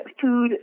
food